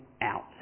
out